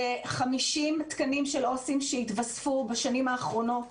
זה 50 תקנים של עובדים סוציאליים שהתווספו בשנים האחרונות.